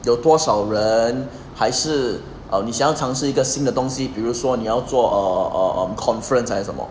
有多少人还是 err 你想尝试一个新的东西比如说你要做 err conference 还是什么